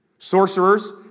Sorcerers